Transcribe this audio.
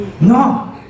No